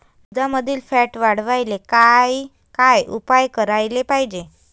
दुधामंदील फॅट वाढवायले काय काय उपाय करायले पाहिजे?